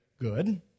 good